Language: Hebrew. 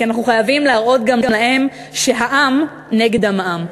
כי אנחנו חייבים להראות גם להם שהעם נגד המע"מ.